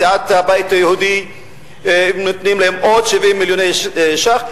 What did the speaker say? לסיעת הבית היהודי נותנים עוד 70 מיליון ש"ח.